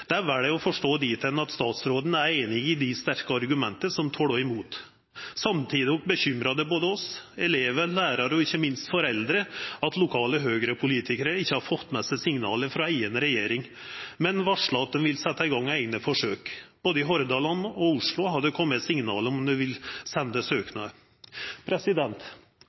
jeg å forstå dit hen at statsråden er enig i de sterke argumenter som taler imot. Samtidig bekymrer det både oss, elever, lærere og ikke minst foreldre at lokale Høyre-politikere ikke har fått med seg signalene fra egen regjering, men varsler at de vil sette i gang egne forsøk. Både fra Hordaland og Oslo har det kommet signaler om at de vil sende søknader.